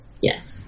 Yes